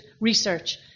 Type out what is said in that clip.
research